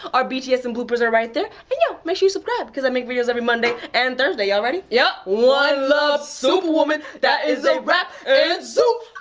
our bts and bloopers are right there. and yeah, make sure you subscribe, cause i make videos every monday and thursday. y'all ready? yeah. one love superwoman. that is a wrap, and zoop.